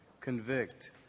convict